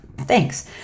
Thanks